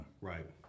right